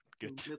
good